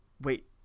wait